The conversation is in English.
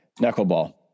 Knuckleball